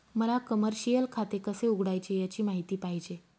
मला कमर्शिअल खाते कसे उघडायचे याची माहिती पाहिजे